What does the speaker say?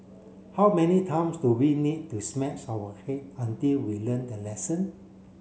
how many times do we need to smash our head until we learn the lesson